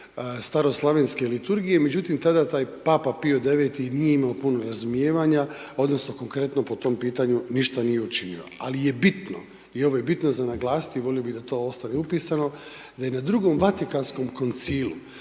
staroslavenske liturgije međutim tada taj papa Pio IX. nije imao puno razumijevanja odnosno konkretno po tom pitanju ništa nije učinio ali je bitno i ovo je bitno za naglasiti, volio bi da to ostane upisano, da je na II. Vatikanskom koncilu